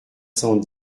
cent